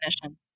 definition